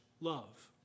love